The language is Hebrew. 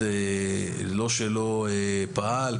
לא שהמשרד לא פעל,